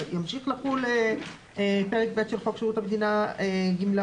ימשיך לחול פרק ב' של חוק שירות המדינה (גמלאות).